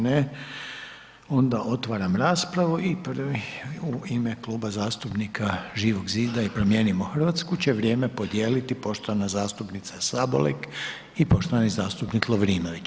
Ne, onda otvaram raspravu i prvi u ime Kluba zastupnika Živog zida i Promijenimo Hrvatsku će vrijeme podijeliti poštovana zastupnica Sabolek i poštovani zastupnik Lovrinović.